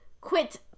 quit